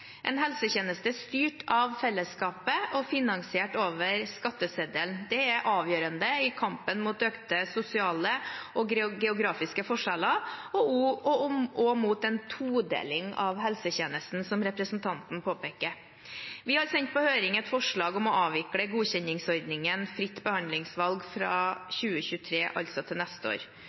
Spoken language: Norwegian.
En helsetjeneste styrt av felleskapet og finansiert over skatteseddelen er avgjørende i kampen mot økte sosiale og geografiske forskjeller og mot en todeling av helsetjenesten, som representanten påpeker. Vi har sendt på høring et forslag om å avvikle godkjenningsordningen for fritt behandlingsvalg fra 2023, altså til neste år.